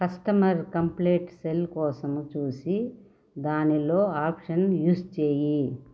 customer complaint cell కోసం చూసి దానిలో ఆప్షన్ యూస్ చెయ్యి